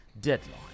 deadline